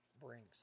brings